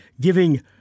giving